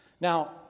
Now